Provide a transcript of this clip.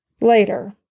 later